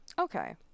Okay